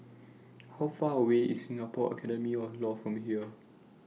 How Far away IS Singapore Academy of law from here